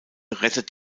rettet